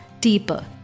deeper